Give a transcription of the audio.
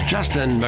Justin